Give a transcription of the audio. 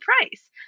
price